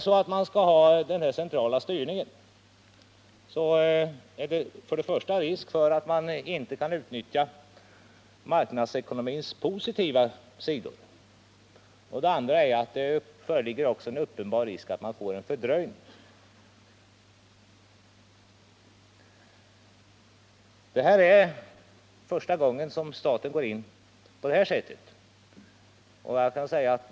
Om man har denna centrala styrning, är det för det första risk för att man inte kan utnyttja marknadsekonomins positiva sidor. För det andra föreligger en uppenbar risk för att man får en fördröjning. Detta är första gången som staten på detta sätt går in i näringslivet.